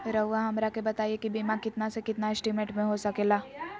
रहुआ हमरा के बताइए के बीमा कितना से कितना एस्टीमेट में हो सके ला?